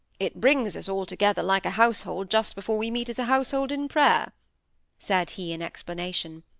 it brings us all together like a household just before we meet as a household in prayer said he, in explanation.